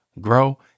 grow